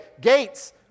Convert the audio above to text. gates